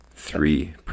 Three